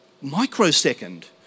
microsecond